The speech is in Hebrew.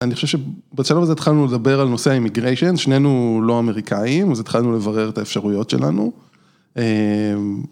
אני חושב שבשלב הזה התחלנו לדבר על נושא ה-Immigration, שנינו לא אמריקאים, אז התחלנו לברר את האפשרויות שלנו.